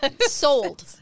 sold